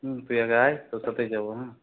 হ্যাঁ তুই আগে আয় তোর সাথেই যাবো হ্যাঁ